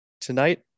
tonight